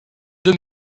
deux